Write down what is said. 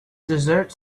dessert